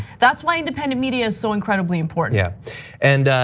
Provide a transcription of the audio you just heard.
that's why independent media is so incredibly important. yeah and,